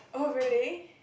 oh really